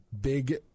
big